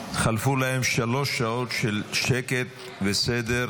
חלפו להן שלוש שעות של שקט וסדר.